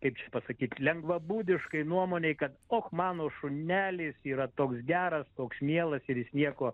kaip čia pasakyt lengvabūdiškai nuomonei kad o mano šunelis yra toks geras toks mielas ir jis nieko